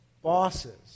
Bosses